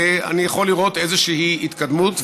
אני יכול לראות איזושהי התקדמות,